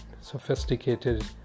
sophisticated